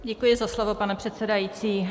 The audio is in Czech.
Děkuji za slovo, pane předsedající.